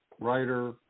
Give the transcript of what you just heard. writer